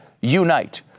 unite